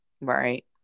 right